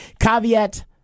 Caveat